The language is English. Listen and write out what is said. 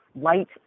light